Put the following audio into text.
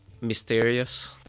mysterious